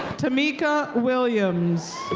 tamika williams.